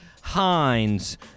Hines